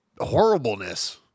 horribleness